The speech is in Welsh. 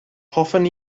hoffwn